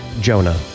Jonah